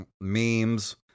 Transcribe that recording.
memes